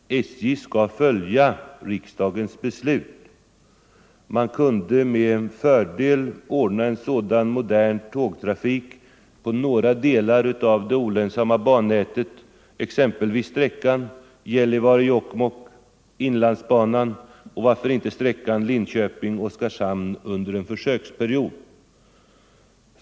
SJ skall följa riksdagens beslut. Man kunde med fördel ordna sådan här modern tågtrafik på några delar av det olönsamma bannätet, exempelvis sträckan Gällivare-Jokkmokk, inlandsbanan och varför inte sträckan Linköping Oskarshamn, under en försöksperiod.